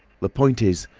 the point is,